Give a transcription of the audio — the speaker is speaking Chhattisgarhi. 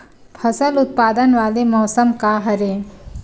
फसल उत्पादन वाले मौसम का हरे?